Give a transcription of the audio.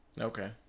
okay